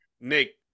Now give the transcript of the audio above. Nick